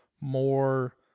more